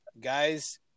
guys